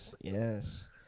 yes